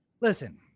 listen